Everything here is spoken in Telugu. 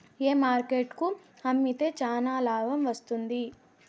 ఏ మార్కెట్ కు అమ్మితే చానా లాభం వస్తుంది?